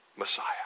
Messiah